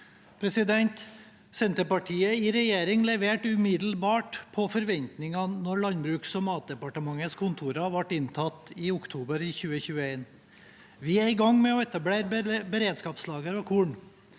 forbrukeren. Senterpartiet i regjering leverte umiddelbart på forventningene da Landbruks- og matdepartementets kontorer ble inntatt i oktober 2021. Vi er i gang med å etablere beredskapslagre av korn.